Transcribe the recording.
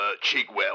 Chigwell